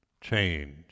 change